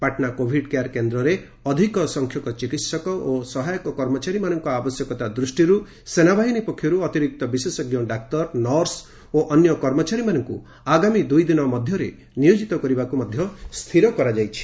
Patna covid care କେନ୍ଦ୍ରରେ ଅଧିକ ସଂଖ୍ୟକ ଚିକିତ୍ସିକ ଓ ସହାୟକ କର୍ମଚାରୀମାନଙ୍କ ଆବଶ୍ୟକତା ଦୃଷ୍ଟିରୁ ସେନାବାହିନୀ ପକ୍ଷରୁ ଅତିରିକ୍ତ ବିଶେଷଜ୍ଞ ଡାକ୍ତର ନର୍ସ ଓ ଅନ୍ୟ କର୍ମଚାରୀମାନଙ୍କୁ ଆଗାମୀ ଦୁଇଦିନ ଭିତରେ ନିୟୋକିତ କରିବାକୁ ସ୍ଥିର କରାଯାଇଛି